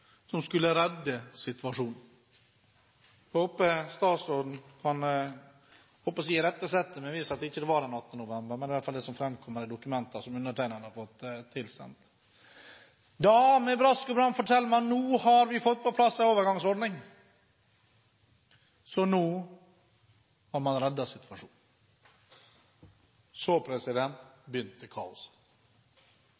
som skulle redde situasjonen. Jeg håper statsråden kan irettesette meg hvis det ikke var den 18. november, men det er i hvert fall det som fremkom i de dokumentene som jeg har fått tilsendt. Da fortalte man med brask og bram at nå har man fått på plass en overgangsordning, så nå har man reddet situasjonen. Så